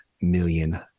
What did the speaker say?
million